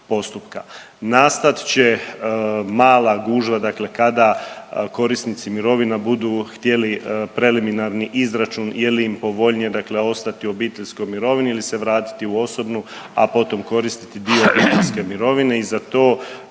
Nastat će mala gužva dakle kada korisnici mirovinama budu htjeli preliminarni izračun je li im povoljnije dakle ostati u obiteljskoj mirovini ili se vratiti u osobnu, a potom koristiti dio obiteljske mirovine i za to